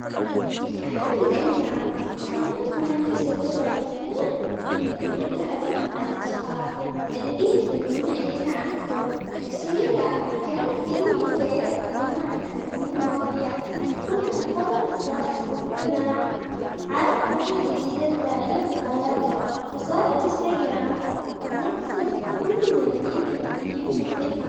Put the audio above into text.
في أحد الأيام كانت هناك شجرة يمكن- يمكنها التحدث مع الأشخاص الذين يستمعون إليها عن قرب، الشجرة كانت تروي حكايات قديمة عن أزمنة ماضية كل ما قرب الشخص واستمع عرف حكمة جديدة تساعده في حياته، وصارت الشجرة مقصد لكل من يبص- يبي نصيحة.